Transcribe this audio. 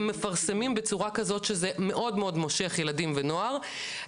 הם מפרסמים בצורה כזאת שזה מאוד מאוד מושך ילדים ונוער,